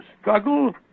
struggle